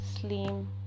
slim